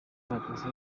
abagenzi